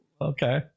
okay